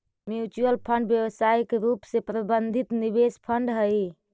mutual fund व्यावसायिक रूप से प्रबंधित निवेश फंड हई